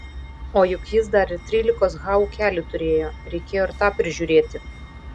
o juk jis dar ir trylikos ha ūkelį turėjo reikėjo ir tą prižiūrėti